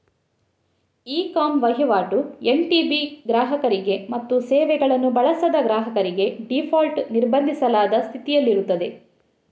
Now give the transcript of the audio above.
E com ವಹಿವಾಟು NTB ಗ್ರಾಹಕರಿಗೆ ಮತ್ತು ಸೇವೆಗಳನ್ನು ಬಳಸದ ಗ್ರಾಹಕರಿಗೆ ಡೀಫಾಲ್ಟ್ ನಿರ್ಬಂಧಿಸಲಾದ ಸ್ಥಿತಿಯಲ್ಲಿರುತ್ತದೆ